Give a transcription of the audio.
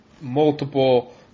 multiple